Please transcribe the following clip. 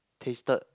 tasted